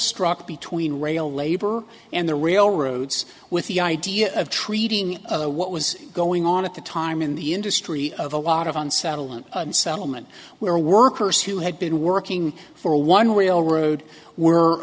struck between rail labor and the railroads with the idea of treating other what was going on at the time in the industry of a lot of unsettlement settlement where workers who had been working for a one way all road were